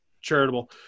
charitable